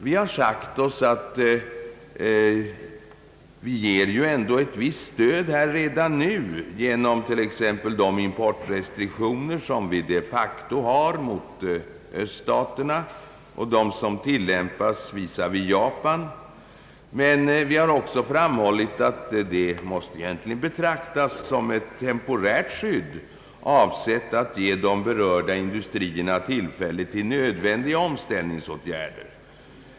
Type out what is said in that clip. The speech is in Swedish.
Vi har sagt oss att vi ju ändå ger ett visst stöd redan nu genom t.ex. de importrestriktioner som vi de facto har mot öststaterna och de som tillämpas visavi Japan. Men vi har ocksåframhållit att detta egentligen måste betraktas som ett temporärt skydd, avsett att ge de berörda industrierna till fälle till nödvändiga omställningsåtgärder.